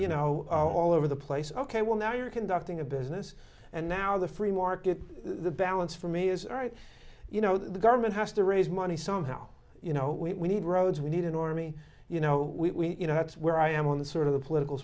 you know all over the place ok well now you're conducting a business and now the free market the balance for me is right you know the government has to raise money somehow you know we need roads we need an army you know we you know that's where i am on the sort of the political